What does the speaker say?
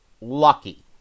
Lucky